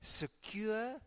secure